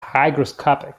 hygroscopic